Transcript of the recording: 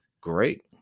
great